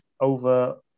over